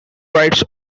rights